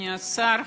אדוני השר,